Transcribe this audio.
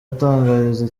atangariza